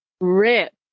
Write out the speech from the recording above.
Rip